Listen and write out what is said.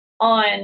on